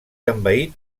envaït